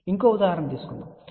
ఇంకొక ఉదాహరణ తీసుకుందాం